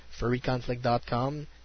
FurryConflict.com